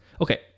Okay